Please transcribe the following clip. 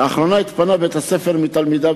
לאחרונה התפנה בית-ספר מתלמידיו,